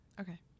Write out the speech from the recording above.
Okay